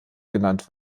genannt